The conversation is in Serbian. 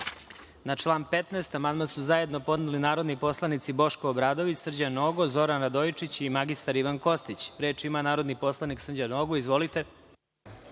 član 15. amandman su zajedno podneli narodni poslanici Boško Obradović, Srđan Nogo, Zoran Radojičić i mr Ivan Kostić. Reč ima narodni poslanik Srđan Nogo. Izvolite.